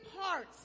parts